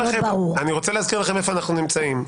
אני רוצה להזכיר לכם איפה אנחנו נמצאים.